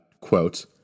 quote